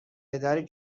پدری